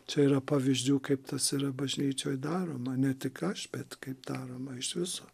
čia yra pavyzdžių kaip tas yra bažnyčioj daroma ne tik aš bet kaip daroma iš viso